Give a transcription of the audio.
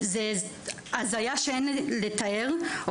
זה הזיה שאין לתאר,